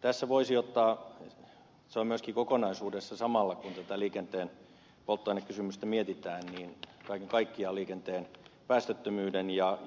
tässä voisi ottaa niin että se on myöskin kokonaisuudessa samalla kun tätä liikenteen polttoainekysymystä mietitään kaiken kaikkiaan esiin liikenteen päästöttömyyden ja